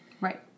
Right